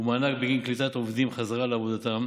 ומענק בגין קליטת עובדים חזרה לעבודתם,